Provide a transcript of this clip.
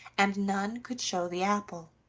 and none could show the apple.